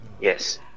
yes